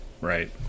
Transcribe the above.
Right